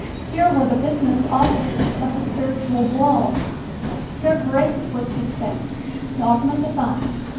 here were the business-offices of the spiritual world here grace was dispensed dogma defined,